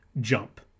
jump